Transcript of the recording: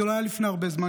זה לא היה לפני הרבה זמן,